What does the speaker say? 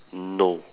no